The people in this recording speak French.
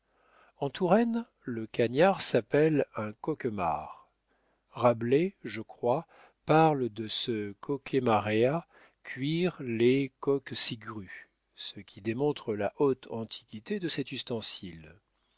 touraine le cagnard s'appelle un cauquemarre rabelais je crois parle de ce cauquemarre à cuire les cocquesigrues ce qui démontre la haute antiquité de cet ustensile